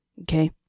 Okay